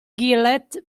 gillett